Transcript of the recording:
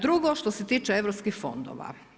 Drugo što se tiče europskih fondova.